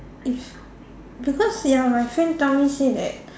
is because ya my friend tell me say that